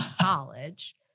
college